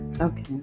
okay